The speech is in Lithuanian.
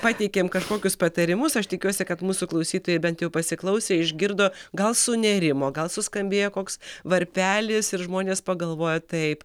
pateikėm kažkokius patarimus aš tikiuosi kad mūsų klausytojai bent jau pasiklausė išgirdo gal sunerimo gal suskambėjo koks varpelis ir žmonės pagalvoja taip